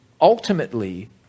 ultimately